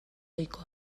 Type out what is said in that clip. ohikoa